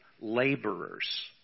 laborers